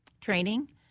training